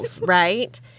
right